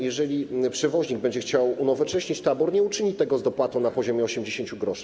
Jeżeli przewoźnik będzie chciał unowocześnić tabor, nie uczyni tego z dopłatą na poziomie 80 gr.